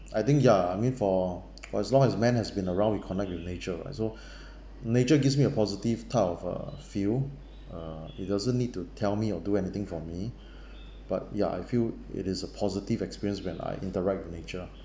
I think ya I mean for for as long as man has been around we connect with nature [what] so nature gives me a positive type of a feel uh it doesn't need to tell me or do anything for me but ya I feel it is a positive experience when I interact with nature ah